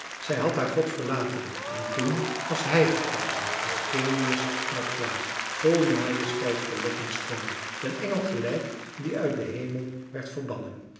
zij had haar god verlaten en toen was hij gekomen de genius van het kwaad vol majesteit verlokkend schoon den engel gelijk die uit den hemel werd verbannen